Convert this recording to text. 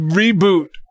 reboot